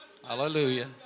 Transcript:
Hallelujah